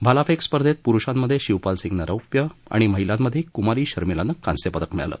भालाफेक स्पर्धेत पुरुषांमधे शिवपाल सिंगनं रौप्य आणि महिलांमधे कुमारी शर्मिलानं कांस्यपदक मिळवलं